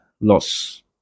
loss